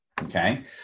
Okay